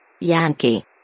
Yankee